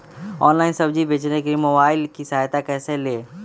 Online सब्जी बेचने के लिए मोबाईल की सहायता कैसे ले?